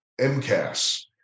MCAS